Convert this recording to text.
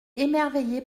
émerveillé